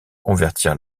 convertir